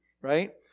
right